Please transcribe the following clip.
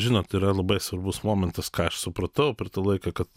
žinot yra labai svarbus momentas ką aš supratau per tą laiką kad